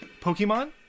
Pokemon